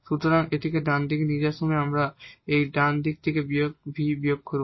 সুতরাং এটিকে ডানদিকে নিয়ে যাওয়ার সময় আমরা এই ডান দিক থেকে v বিয়োগ করব